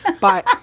ah but, ah